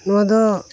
ᱱᱚᱣᱟ ᱫᱚ